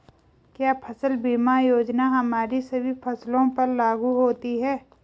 क्या फसल बीमा योजना हमारी सभी फसलों पर लागू होती हैं?